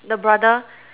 the brother